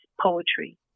poetry